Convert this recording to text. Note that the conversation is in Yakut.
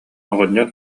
оҕонньор